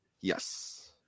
Yes